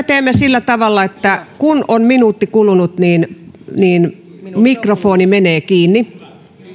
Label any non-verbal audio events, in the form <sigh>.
<unintelligible> teemme sillä tavalla että kun on minuutti kulunut niin niin mikrofoni menee kiinni